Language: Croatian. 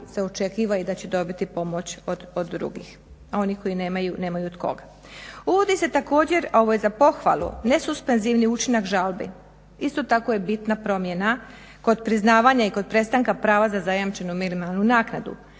se očekiva i da će dobiti pomoć od drugih. Oni koji nemaju, nemaju od koga. Uvodi se također, ovo je za pohvalu, nesuspenzivni učinak žalbi. Isto tako je bitna promjena kod priznavanja i kod prestanka prava za zajamčenu minimalnu naknadu.